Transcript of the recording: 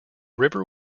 river